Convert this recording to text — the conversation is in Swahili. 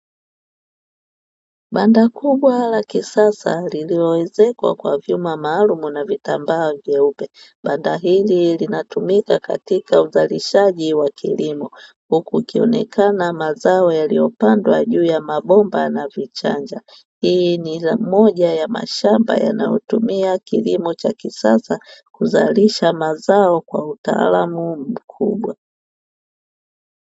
Banda kubwa la kisasa lililoezekwa kwa vyuma maalumu na vitambaa vyeupe. Banda hili linatumika katika uzalishaji wa kilimo, huku ikionekana mazao yaliyopandwa juu ya mabomba na vichanja. Hii ni moja ya mashamba yanayotumia kilimo cha kisasa kuzalisha mazao kwa utaalamu mkubwa.